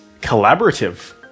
collaborative